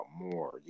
more